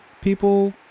people